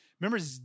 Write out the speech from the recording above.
Remember